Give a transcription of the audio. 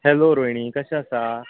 hello Rohini कशें आसा